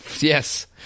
Yes